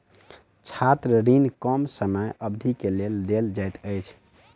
छात्र ऋण कम समय अवधि के लेल देल जाइत अछि